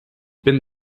bin